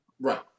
Right